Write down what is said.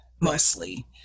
mostly